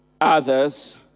others